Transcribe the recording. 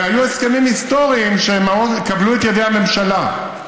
היו הסכמים היסטוריים, שכבלו את ידי הממשלה.